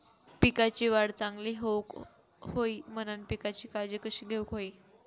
पिकाची वाढ चांगली होऊक होई म्हणान पिकाची काळजी कशी घेऊक होई?